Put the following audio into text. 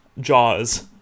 Jaws